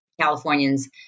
Californians